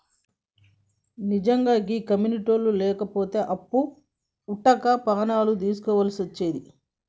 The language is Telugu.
నిజ్జంగా గీ కమ్యునిటోళ్లు లేకుంటే అప్పు వుట్టక పానాలు దీస్కోవల్సి వచ్చేది